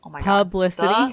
publicity